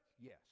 Yes